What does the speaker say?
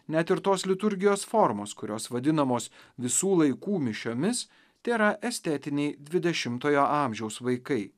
net ir tos liturgijos formos kurios vadinamos visų laikų mišiomis tėra estetiniai dvidešimtojo amžiaus vaikai